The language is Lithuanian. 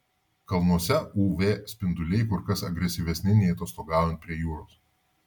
kalnuose uv spinduliai kur kas agresyvesni nei atostogaujant prie jūros